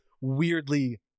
weirdly